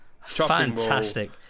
Fantastic